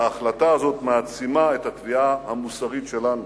ההחלטה הזאת מעצימה את התביעה המוסרית שלנו,